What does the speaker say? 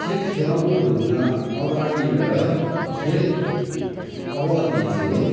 खेल खेलाउनु भन्दा अघाडि र खेल अवधि चाहिँ